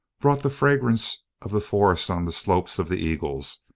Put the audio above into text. brought the fragrance of the forests on the slopes of the eagles,